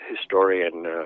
historian